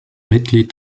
mitglied